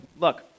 look